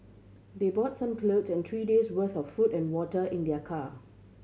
they brought some clothes and three days' worth of food and water in their car